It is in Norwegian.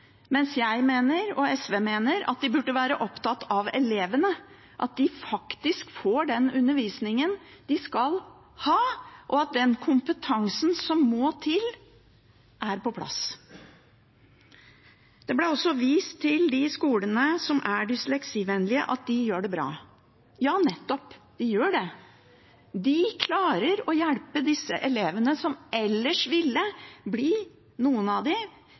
mens SV og jeg mener at de burde være opptatt av at elevene faktisk får den undervisningen de skal ha, og at den kompetansen som må til, er på plass. Det ble også vist til at de skolene som er dysleksivennlige, gjør det bra. Ja, nettopp! De gjør det. De klarer å hjelpe disse elevene som – noen av dem – ellers ville avskydd skole og læring for resten av